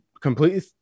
completely